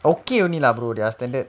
okay only lah brother their standard